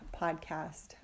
podcast